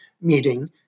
meeting